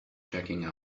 checking